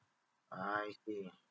I see